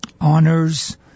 honors